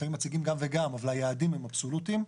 לפעמים מציגים גם וגם, אבל היעדים הם אבסולוטיים.